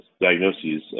diagnoses